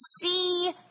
see